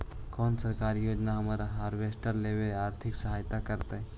कोन सरकारी योजना हमरा हार्वेस्टर लेवे आर्थिक सहायता करतै?